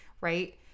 right